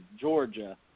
Georgia